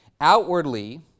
Outwardly